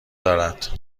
دارد